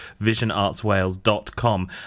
visionartswales.com